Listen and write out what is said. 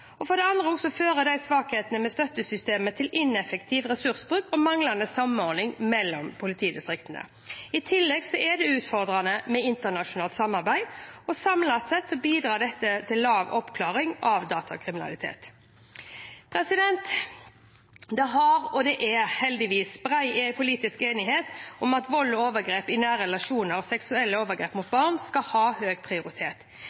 For det andre fører svakheter ved støttesystemene til ineffektiv ressursbruk og manglende samordning mellom politidistriktene. I tillegg er det utfordrende med internasjonalt samarbeid. Samlet sett bidrar dette til lav oppklaring av datakriminalitet. Det har vært og er heldigvis bred politisk enighet om at vold og overgrep i nære relasjoner og seksuelle overgrep mot barn skal ha høy prioritet.